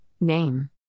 name